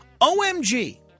OMG